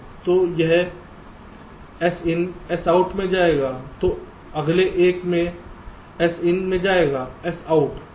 तो यह यह Sin Sout में जाएगा जो अगले एक के Sin में जाएगा Sout